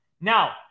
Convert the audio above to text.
now